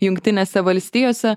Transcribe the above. jungtinėse valstijose